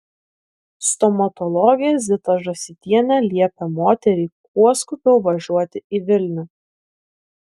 stomatologė zita žąsytienė liepė moteriai kuo skubiau važiuoti į vilnių